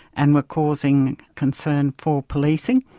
and were causing concern for policing,